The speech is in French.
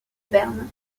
berne